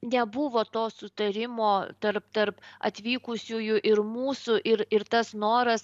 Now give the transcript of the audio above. nebuvo to sutarimo tarp tarp atvykusiųjų ir mūsų ir ir tas noras